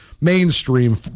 mainstream